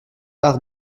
part